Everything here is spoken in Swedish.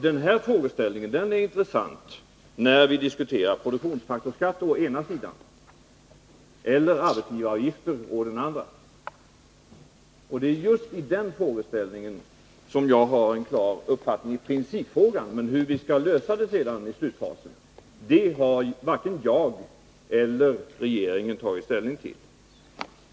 Den frågeställningen är intressant när vi diskuterar produktionsfaktorsskatt å ena sidan eller arbetsgivaravgifter å den andra. Just när det gäller den frågeställningen har jag en klar uppfattning i principfrågan, men hur vi sedan skalllösa det hela i slutfasen har varken jag eller regeringen tagit ställning till.